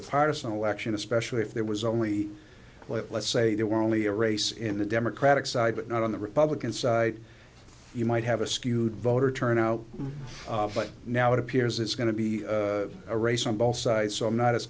election especially if there was only let's say there were only a race in the democratic side but not on the republican side you might have a skewed voter turnout but now it appears it's going to be a race on both sides so i'm not as